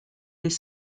des